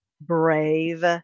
brave